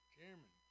Chairman